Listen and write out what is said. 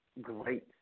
great